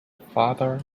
father